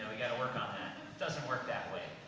we got to work on that. it doesn't work that way,